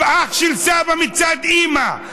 אח של סבא מצד אימא,